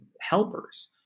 helpers